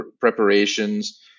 preparations